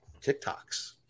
TikToks